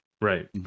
Right